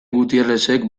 gutierrezek